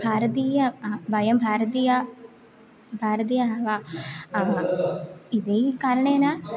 भारतीयाः वयं भारतीयाः भारतीयाः इति कारणेन